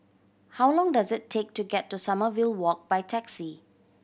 how long does it take to get to Sommerville Walk by taxi